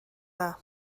dda